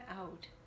out